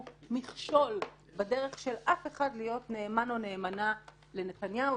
מכשול בדרך של אף אחד להיות נאמן או נאמנה לנתניהו,